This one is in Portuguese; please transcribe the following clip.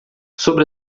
sobre